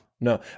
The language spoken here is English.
No